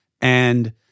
and-